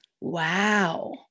Wow